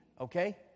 okay